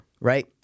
right